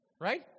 Right